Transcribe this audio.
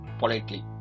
politely